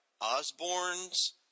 Osborne's